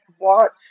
watch